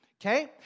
Okay